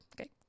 Okay